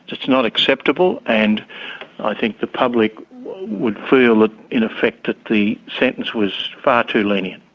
it's not acceptable and i think the public would feel ah in effect that the sentence was far too lenient.